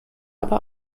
aber